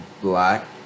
black